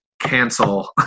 cancel